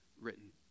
written